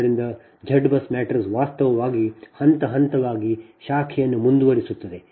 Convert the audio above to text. ಆದ್ದರಿಂದ Z BUS matrix ವಾಸ್ತವವಾಗಿ ಹಂತ ಹಂತವಾಗಿ ಶಾಖೆಯನ್ನು ಮುಂದುವರೆಸುತ್ತದೆ